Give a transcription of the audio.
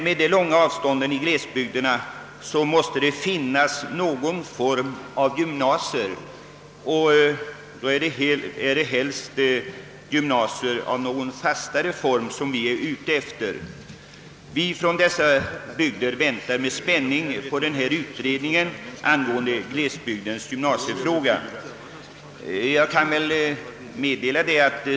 Med de långa avstånden i glesbygderna måste det finnas någon form av gymnasium och då helst ett gymnasium i fastare form. Vi väntar med spänning på utredningen angående glesbygdens gymnasiefråga.